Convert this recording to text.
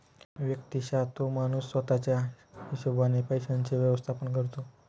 व्यक्तिशः तो माणूस स्वतः च्या हिशोबाने पैशांचे व्यवस्थापन करतो